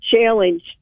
challenge